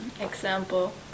example